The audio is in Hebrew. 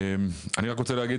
אני רק רוצה להגיד,